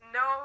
no